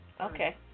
Okay